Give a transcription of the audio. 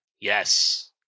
Yes